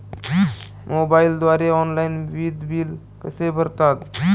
मोबाईलद्वारे ऑनलाईन वीज बिल कसे भरतात?